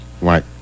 right